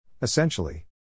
Essentially